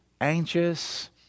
Anxious